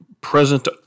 present